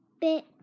bit